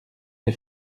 des